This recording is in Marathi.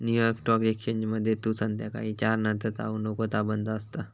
न्यू यॉर्क स्टॉक एक्सचेंजमध्ये तू संध्याकाळी चार नंतर जाऊ नको ता बंद असता